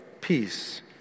peace